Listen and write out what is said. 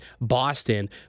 Boston